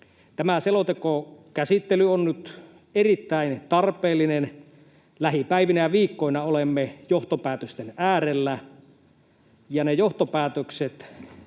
Tämä selontekokäsittely on nyt erittäin tarpeellinen. Lähipäivinä ja ‑viikkoina olemme johtopäätösten äärellä,